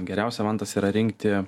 geriausia vantas yra rinkti